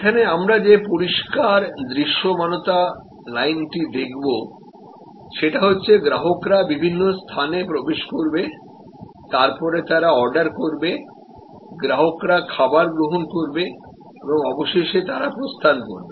সেখানে আমরা যে পরিষ্কার দৃশ্যমানতা লাইনটি দেখব সেটা হচ্ছে গ্রাহকরা বিভিন্ন স্থানে প্রবেশ করবে তারপরে তারা অর্ডার করবে গ্রাহকরা খাবার গ্রহণ করবে এবং অবশেষে তারা প্রস্থান করবে